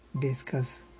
discuss